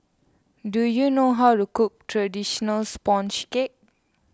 do you know how to cook Traditional Sponge Cake